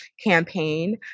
campaign